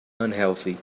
unhealthy